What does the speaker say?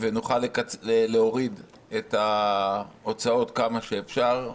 ונוכל להוריד את ההוצאות כמה שאפשר.